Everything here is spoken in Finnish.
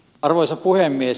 arvoisa puhemies